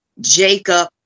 Jacob